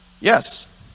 Yes